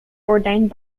ordained